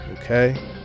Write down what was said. Okay